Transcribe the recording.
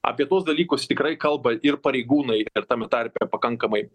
apie tuos dalykus tikrai kalba ir pareigūnai ir tame tarpe pakankamai